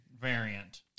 variant